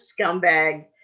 scumbag